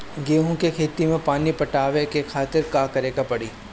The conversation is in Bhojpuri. गेहूँ के खेत मे पानी पटावे के खातीर का करे के परी?